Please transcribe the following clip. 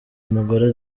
umugore